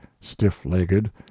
stiff-legged